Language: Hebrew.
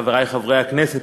חברי חברי הכנסת,